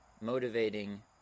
motivating